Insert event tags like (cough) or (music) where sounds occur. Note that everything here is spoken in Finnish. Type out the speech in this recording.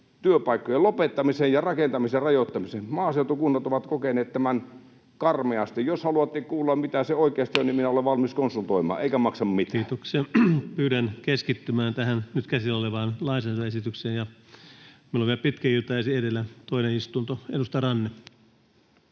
työpaikkojen lopettamisen ja rakentamisen rajoittamisen. Maaseutukunnat ovat kokeneet tämän karmeasti. Jos haluatte kuulla, mitä se oikeasti on, (noise) niin minä olen valmis konsultoimaan — eikä maksa mitään. Kiitoksia. — Pyydän keskittymään tähän nyt käsillä olevaan lainsäädäntöesitykseen. Meillä on vielä toinen istunto ja pitkä ilta edessä. — Edustaja Ranne.